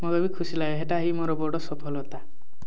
ମୋତେ ବି ଖୁସି ଲାଗେ ହେଟା ହିଁ ମୋର ବଡ଼୍ ସଫଳତା